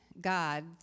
God